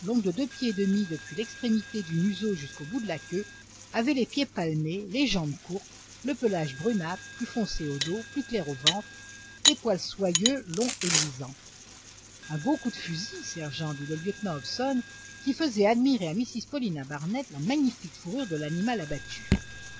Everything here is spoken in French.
de deux pieds et demi depuis l'extrémité du museau jusqu'au bout de la queue avait les pieds palmés les jambes courtes le pelage brunâtre plus foncé au dos plus clair au ventre des poils soyeux longs et luisants un beau coup de fusil sergent dit le lieutenant hobson qui faisait admirer à mrs paulina barnett la magnifique fourrure de l'animal abattu